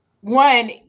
one